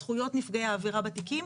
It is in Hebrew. זכויות נפגעי העבירה בתיקים,